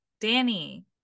danny